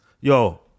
Yo